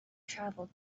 travel